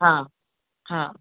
हा हा